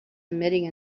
emitting